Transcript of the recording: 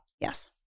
Yes